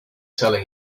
telling